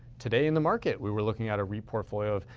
today in the market, we were looking at a reit portfolio,